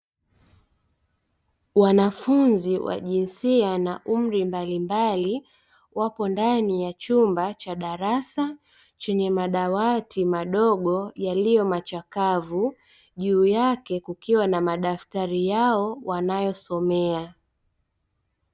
Wanafunzi wa jinsia na umri mbalimbali wapo ndani ya chumba cha darasa chenye madawati madogo yaliyo machakavu juu yake kukiwa na madaftari yao wanayosomea.